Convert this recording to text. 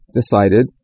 decided